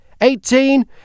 Eighteen